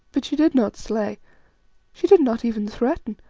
but she did not slay she did not even threaten,